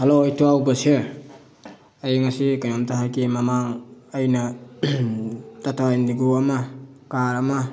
hello ꯏꯇꯥꯎ ꯕꯁꯤꯔ ꯑꯩ ꯉꯁꯤ ꯀꯩꯅꯣꯝꯇ ꯍꯥꯏꯒꯦ ꯃꯃꯥꯡ ꯑꯩꯅ ꯇꯇꯥ ꯏꯟꯗꯤꯒꯣ ꯑꯃ ꯀꯥꯔ ꯑꯃ